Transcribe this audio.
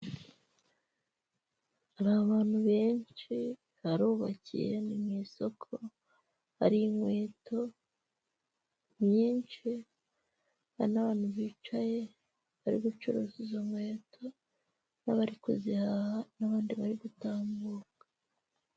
Hari abantu benshi, harubakiye, ni mu isoko, hari inkweto nyinshi, hari n'abantu bicaye bari gucuruza izo nkweto n'abari kuzihaha n'abandi bari gutambuka.